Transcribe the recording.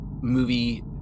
movie